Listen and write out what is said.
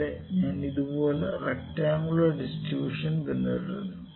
ഇവിടെ ഞാൻ ഇതുപോലുള്ള റെക്ടറാങ്കുലർ ഡിസ്ട്രിബൂഷനണ് പിന്തുടരുന്നത്